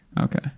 Okay